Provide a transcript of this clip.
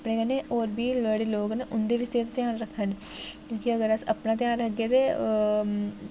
अपने कन्नै होर बी जेह्डे़ लोक न उं'दी बी सेह्त दा ध्यान रखन क्योंकि अगर अस अपना ध्यान रखगे ते